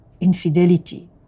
infidelity